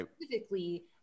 specifically